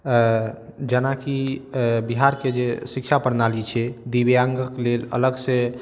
जेनाकि बिहारके जे शिक्षा प्रणाली छै दिव्यांगक लेल अलग से